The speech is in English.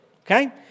Okay